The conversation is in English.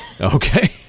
Okay